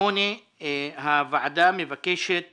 הוועדה מבקשת